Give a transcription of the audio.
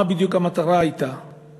מה בדיוק הייתה המטרה?